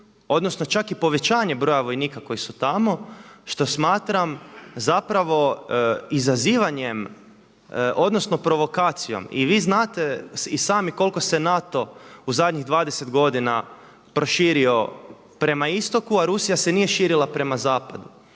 odnosno čak i povećanje broja vojnika koji su tamo što smatram zapravo izazivanjem odnosno provokacijom i vi znate i sami koliko se NATO u zadnjih 20 godina proširio prema istoku, a Rusija se nije širila prema zapadu.